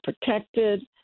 protected